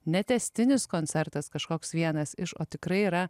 netęstinis koncertas kažkoks vienas iš o tikrai yra